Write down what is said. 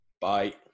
Bye